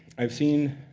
i've seen